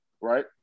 right